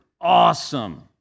awesome